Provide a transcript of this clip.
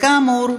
כאמור,